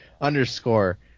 underscore